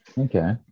Okay